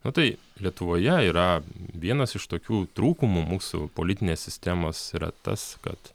nu tai lietuvoje yra vienas iš tokių trūkumų mūsų politinės sistemos yra tas kad